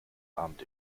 abend